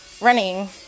running